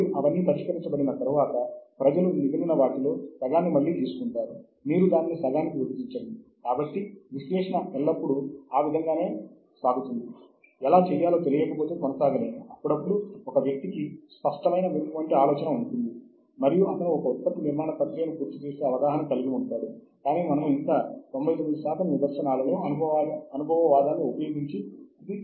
మరియు నిఘంటువులు వార్షిక పుస్తకాలు గ్రంథ పట్టికలు ద్వితీయ వనరుల జాబితాలు వంటివి కూడా మూడవ సాహిత్య వనరులుగా ఉపయోగించబడతాయి